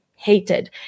hated